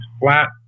flat